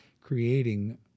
creating